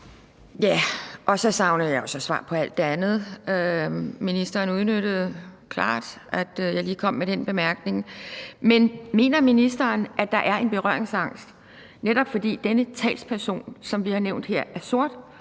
og så savner jeg jo så svar på alt det andet. Ministeren udnyttede klart, at jeg lige kom med den bemærkning. Men mener ministeren, at der er en berøringsangst, netop fordi denne talsperson, som vi har nævnt her, er sort